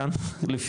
רן,